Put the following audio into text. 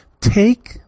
Take